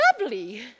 lovely